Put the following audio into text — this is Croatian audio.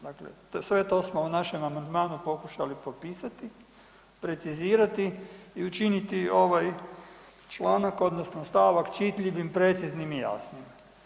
Dakle, sve to smo u našem amandmanu pokušali popisati, precizirati i učiniti ovaj članak odnosno stavak čitljivim, preciznim i jasnim.